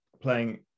playing